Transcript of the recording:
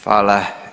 Hvala.